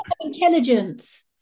intelligence